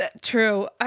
True